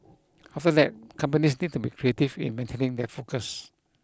after that companies need to be creative in maintaining their focus